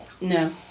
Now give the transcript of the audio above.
No